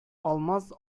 алмаз